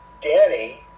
Danny